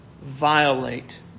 violate